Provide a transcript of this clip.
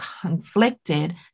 conflicted